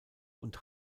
und